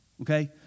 Okay